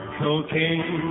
cocaine